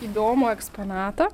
įdomų eksponatą